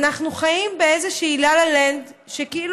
אנחנו חיים באיזושהי לה-לה-לנד שכאילו